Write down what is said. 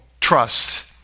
trust